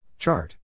Chart